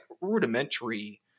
rudimentary